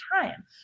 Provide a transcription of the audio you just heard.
time